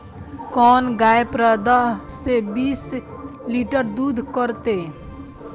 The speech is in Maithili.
कोन गाय पंद्रह से बीस लीटर दूध करते?